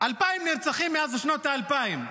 2,000 נרצחים מאז שנות ה-2000.